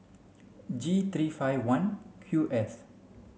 G three five one Q S